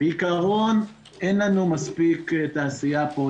בעיקרון אין לנו מספיק תעשייה כאן,